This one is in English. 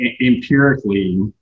empirically